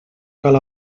cal